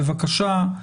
בבקשה,